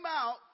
out